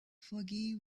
foggy